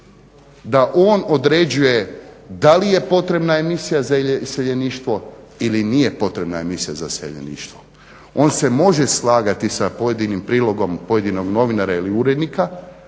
da on određuje da li je potrebna emisija za iseljeništvo ili nije potrebna emisija za iseljeništvo. On se može slagati sa pojedinim prilogom pojedinog novinara ili urednika,